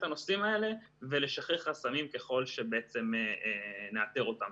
הנושאים האלה ולשחרר חסמים ככל שנאתר אותם.